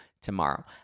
tomorrow